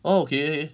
okay